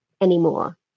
anymore